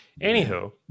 Anywho